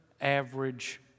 average